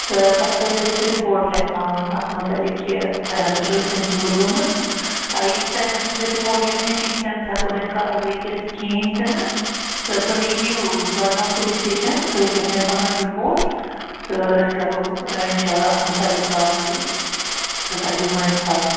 تہٕ تۄہہِ پَزوٕ ییٚتہِ رِپورٹ لیکھناوُن اَتھ مُتعلق کہِ تۄہہِ ہَسا چھَو یِتھٕ کٔنۍ ژوٗر گٲمٕژ ییٖتِس ٹایمَس نہٕ تُہۍ رِپورٹ لیٚکھنٲوِو تیٖتِس ٹایمَس ہٮ۪کو نہٕ أسۍ کاروٲیی کٔرِتھ کِہیٖنٛۍ تہِ نہٕ تہٕ تُہۍ یِیِو بَڈگام پُلیٖس سِٹیشَن تُہۍ لیٚکھنٲیِو پَنُن رِپورٹ تہٕ أسۍ کَرو اِنشاء اللہ اَتھ مُتعلِق کاروٲیی تہٕ تۄہہِ دِمو اِنصاف